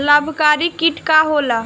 लाभकारी कीट का होला?